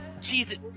Jesus